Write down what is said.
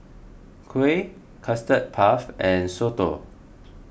Kuih Custard Puff and Soto